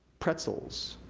pretzels,